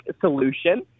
solution